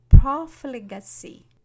profligacy